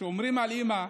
שאומרים על אימא.